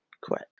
quit